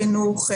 חינוך,